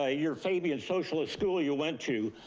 ah your fabian socialist school you went to,